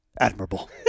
admirable